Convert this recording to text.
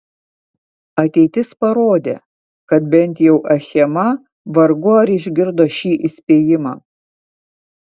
ateitis parodė kad bent jau achema vargu ar išgirdo šį įspėjimą